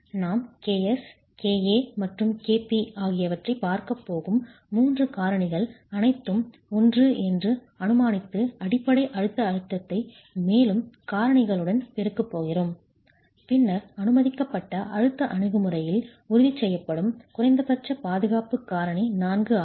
நான் ks ka மற்றும் kp ஆகியவற்றைப் பார்க்கப் போகும் மூன்று காரணிகள் அனைத்தும் 1 என்று அனுமானித்து அடிப்படை அழுத்த அழுத்தத்தை மேலும் காரணிகளுடன் பெருக்கப் போகிறோம் பின்னர் அனுமதிக்கப்பட்ட அழுத்த அணுகுமுறையில் உறுதி செய்யப்படும் குறைந்தபட்ச பாதுகாப்பு காரணி 4 ஆகும்